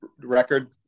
record